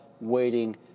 waiting